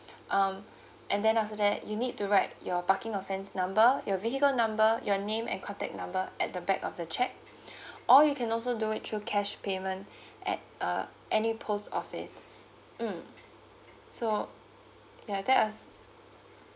um and then after that you need to write your parking offence number your vehicle number your name and contact number at the back of the cheque or you can also do it through cash payment at uh any post office mm so ya that are